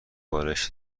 بالشت